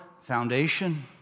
foundation